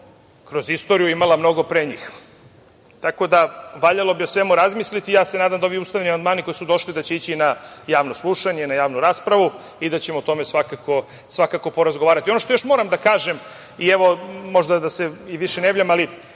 kroz istoriju imala mnogo pre njih. Valjalo bi o svemu razmisliti. Ja se nadam da ovi ustavni amandmani koji su došli da će ići na javno slušanje, na javnu raspravu i da ćemo o tome svakako porazgovarati. Ono što još moram da kažem i možda da se i više ne javljam, neke